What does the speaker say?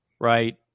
right